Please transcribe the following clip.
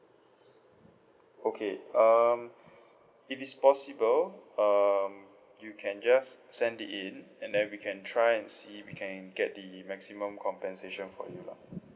okay um if it's possible um you can just send it in and then we can try and see we can get the maximum compensation for you lah